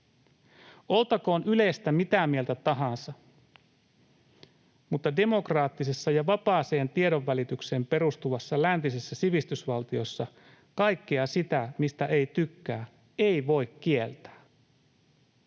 Oltakoon Ylestä mitä mieltä tahansa, mutta demokraattisessa ja vapaaseen tiedonvälitykseen perustuvassa läntisessä sivistysvaltiossa kaikkea sitä, mistä ei tykkää, ei voi kieltää.